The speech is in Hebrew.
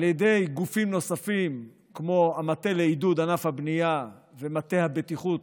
על ידי גופים נוספים כמו המטה לעידוד ענף הבנייה ומטה הבטיחות